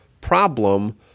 problem